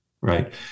Right